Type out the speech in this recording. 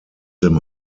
him